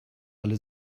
alle